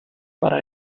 para